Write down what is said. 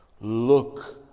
Look